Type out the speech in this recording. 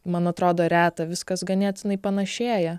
man atrodo reta viskas ganėtinai panašėja